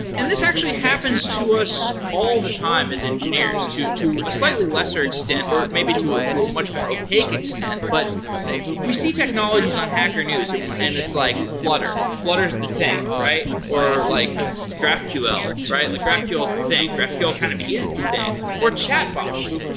and this actually happens to us all the time as engineers, to to a slightly lesser extent, or maybe to to a much more opaque extent. but we see technologies on hacker news and it's like futter. flutter is the thing, right? or like graphql. like graphql is the thing. graphql kind of is the thing, or chat bots.